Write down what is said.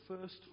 first